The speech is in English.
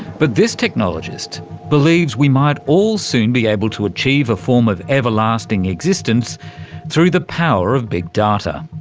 but this technologist believes we might all soon be able to achieve a form of everlasting existence through the power of big data.